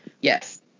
Yes